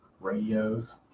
radios